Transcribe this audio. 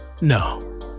no